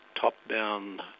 top-down